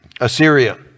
Assyria